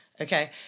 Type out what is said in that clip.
Okay